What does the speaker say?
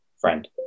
friend